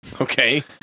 Okay